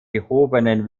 gehobenen